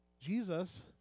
Jesus